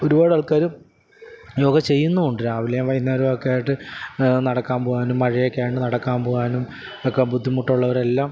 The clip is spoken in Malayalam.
ഒരുപാട് ആൾക്കാർ യോഗ ചെയ്യുന്നും ഉണ്ട് രാവിലെയും വൈകുന്നേരവും ഒക്കെ ആയിട്ട് നടക്കാന് പോവാനും മഴയൊക്കെ ആയതുകൊണ്ട് നടക്കാന് പോവാനും ഒക്കെ ബുദ്ധിമുട്ട് ഉള്ളവരെല്ലാം